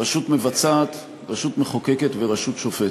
רשות מבצעת, רשות מחוקקת ורשות שופטת.